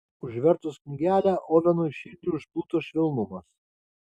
užvertus knygelę ovenui širdį užplūdo švelnumas